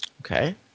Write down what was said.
Okay